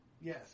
Yes